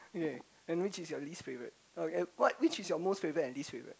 and which is your least favorite uh what which is your most favorite and least favorite